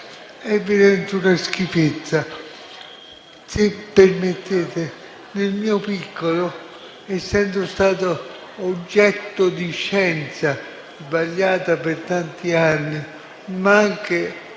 È veramente una schifezza. Se permettete, nel mio piccolo, essendo stato oggetto di scienza sbagliata per tanti anni, ma anche,